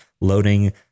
loading